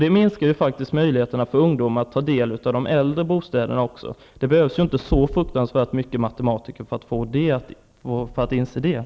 Det minskar möjligheten för ungdomar att få del av de äldre bostäderna. Det behövs inte så mycket matematik för att inse detta.